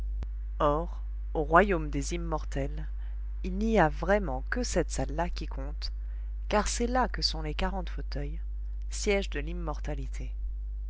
or au royaume des immortels il y a vraiment que cette salle là qui compte car c'est là que sont les quarante fauteuils sièges de l'immortalité